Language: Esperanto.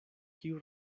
kiu